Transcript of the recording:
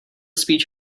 speech